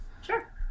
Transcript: Sure